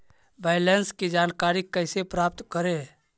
Balance की जानकारी कैसे प्राप्त करे?